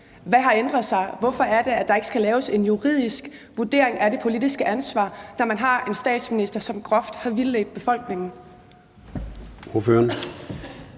Hvad har ændret sig? Hvorfor er det, at der ikke skal laves en juridisk vurdering af det politiske ansvar, når man har en statsminister, som groft har vildledt befolkningen?